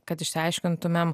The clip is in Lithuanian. kad išsiaiškintumėm